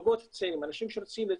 זוגות צעירים, אנשים שרוצים להתחתן,